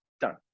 done